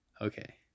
Okay